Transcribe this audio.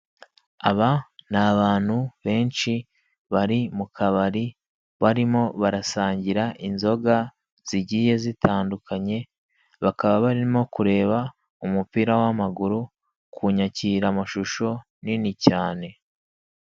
Aba ni abantu benshi bari mu kabari barimo barasangira inzoga zigiye zitandukanye bakaba barimo kureba umupira w'amaguru ku nyakiramashusho nini cyane.